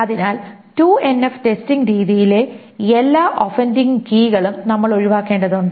അതിനാൽ 2NF testing രീതിയിലെ എല്ലാ ഒഫന്ഡിംഗ് കീകളും നമ്മൾ ഒഴിവാക്കേണ്ടതുണ്ട്